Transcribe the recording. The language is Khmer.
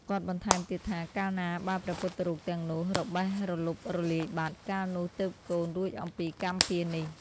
គាត់បន្ថែមទៀតថា កាលណាបើព្រះពុទ្ធរូបទាំងនោះរបេះរលុបរលាយបាត់ កាលនោះទើបកូនរួចអំពីកម្មពៀរនេះ។